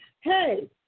hey